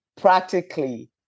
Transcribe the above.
practically